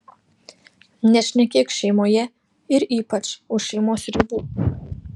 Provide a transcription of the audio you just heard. nešnekėk šeimoje ir ypač už šeimos ribų